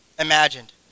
imagined